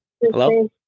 hello